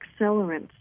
accelerants